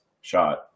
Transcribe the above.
shot